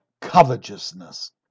covetousness